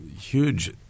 huge